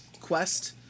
quest